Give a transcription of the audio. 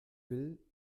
will